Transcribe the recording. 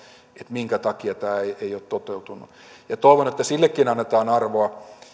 minkä takia tämä ei ole toteutunut ja toivon että sillekin annetaan arvoa